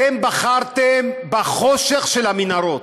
אתם בחרתם בחושך של המנהרות.